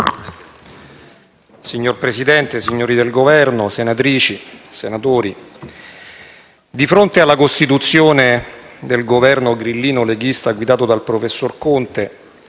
Signor Presidente, signori del Governo, senatrici e senatori, di fronte alla costituzione del Governo grillino-leghista guidato dal professor Conte